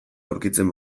aurkitzen